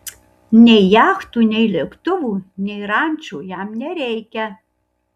nei jachtų nei lėktuvų nei rančų jam nereikia